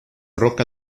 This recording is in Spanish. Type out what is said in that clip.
rock